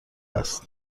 است